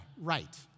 right